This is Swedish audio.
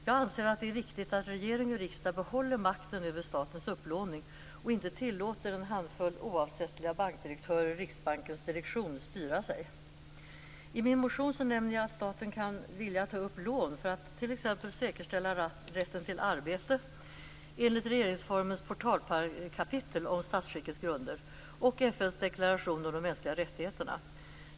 Jag anser att det är viktigt att regering och riksdag behåller makten över statens upplåning och inte tillåter en handfull oavsättliga bankdirektörer i Riksbankens direktion att styra sig. I min motion nämner jag att staten kan vilja ta upp lån för att säkerställa rätten till arbete, enligt regeringsformens portalkapitel om statsskickets grunder och FN:s deklaration om de mänskliga rättigheterna.